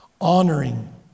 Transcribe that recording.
honoring